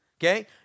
Okay